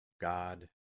God